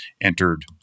entered